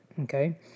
Okay